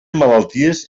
malalties